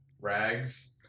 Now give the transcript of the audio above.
rags